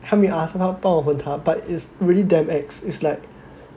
help me ask 帮我问他 but it's really damn ex is like